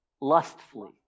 lustfully